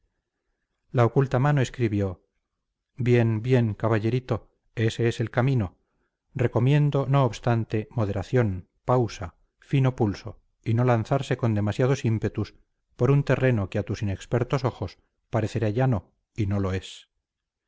la oculta mano escribió bien bien caballerito ese es el camino recomiendo no obstante moderación pausa fino pulso y no lanzarse con demasiados ímpetus por un terreno que a tus inexpertos ojos parecerá llano y no lo es